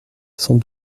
sans